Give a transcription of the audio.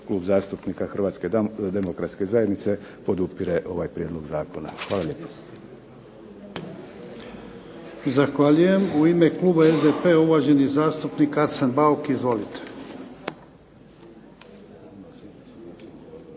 Klub zastupnika Hrvatske demokratske zajednice podupire ovaj prijedlog zakona. Hvala lijepo. **Jarnjak, Ivan (HDZ)** Zahvaljujem. U ime kluba SDP-a uvaženi zastupnik Arsen Bauk. Izvolite.